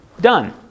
Done